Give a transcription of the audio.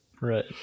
Right